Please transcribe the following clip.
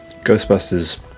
ghostbusters